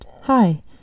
Hi